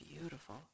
beautiful